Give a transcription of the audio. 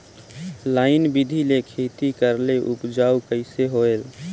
Line बिधी ले खेती करेले उपजाऊ कइसे होयल?